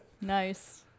Nice